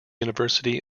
university